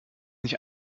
nicht